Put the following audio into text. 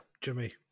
jimmy